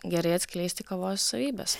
gerai atskleisti kavos savybes